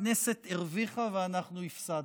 הכנסת הרוויחה ואנחנו הפסדנו.